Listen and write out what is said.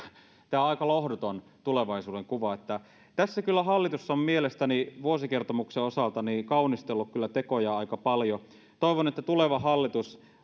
tämä on aika lohduton tulevaisuudenkuva tässä kyllä hallitus on mielestäni vuosikertomuksen osalta kaunistellut tekojaan aika paljon toivon että tuleva hallitus